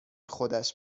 خودش